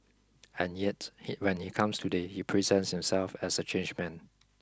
and yet he when he comes today he presents himself as a changed man